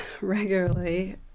regularly